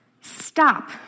stop